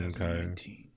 Okay